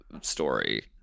story